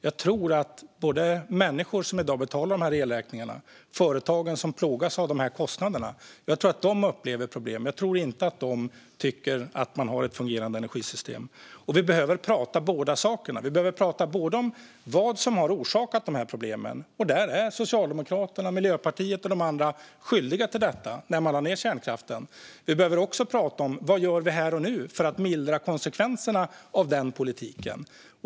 Jag tror att både de människor som i dag betalar dessa elräkningar och de företag som plågas av dessa kostnader upplever problem. Jag tror inte att de tycker att vi har ett fungerande energisystem. Vi behöver prata om båda sakerna. Vi behöver prata om vad som har orsakat problemen, och där är Socialdemokraterna, Miljöpartiet och de andra som lade ned kärnkraften skyldiga. Vi behöver också prata om vad vi gör här och nu för att mildra konsekvenserna av den politiken.